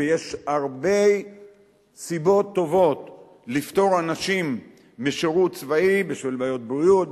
ויש הרבה סיבות טובות לפטור אנשים משירות צבאי: בשל בעיות בריאות,